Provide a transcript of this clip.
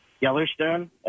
Yellowstone